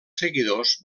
seguidors